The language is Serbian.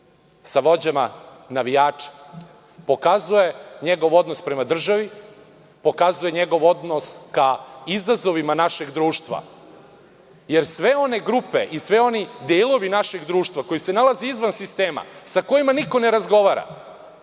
sa vođama navijača pokazuje njegov odnos prema državi, pokazuje njegov odnos ka izazovima našeg društva, jer sve one grupe i svi oni delovi našeg društva koji se nalaze izvan sistema, sa kojima niko ne razgovara,